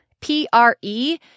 P-R-E